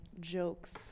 jokes